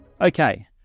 Okay